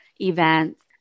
events